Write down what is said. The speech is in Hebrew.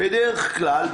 בדרך כלל,